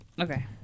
Okay